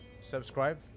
subscribe